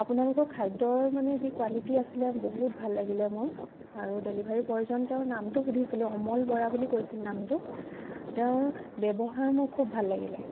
আপোনালোকৰ খাদ্যৰ মানে যি কোৱালিটী আছিলে বহুত ভাল লাগিলে মোৰ আৰু ডেলিভাৰী বয়জন তেওঁৰ নামটো সুধিছিলোঁ অমল বৰা বুলি কৈছিল নামটো তেওঁৰ ব্যৱহাৰ মোৰ খুব ভাল লাগিলে